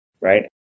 right